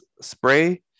spray